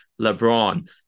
LeBron